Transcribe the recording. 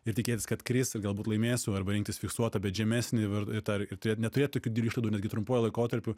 ir tikėtis kad kris ir galbūt laimėsiu arba rinktis fiksuotą bet žemesnį ir ir turėt neturėt tokių išlaidų netgi trumpuoju laikotarpiu